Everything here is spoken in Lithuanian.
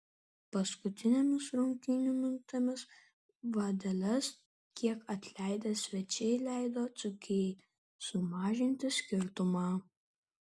paskutinėmis rungtynių minutėmis vadeles kiek atleidę svečiai leido dzūkijai sumažinti skirtumą